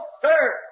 sir